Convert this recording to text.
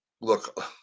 look